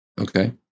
Okay